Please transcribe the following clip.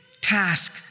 task